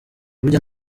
burya